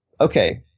Okay